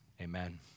amen